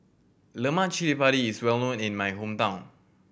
lemak cili padi is well known in my hometown